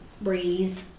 breathe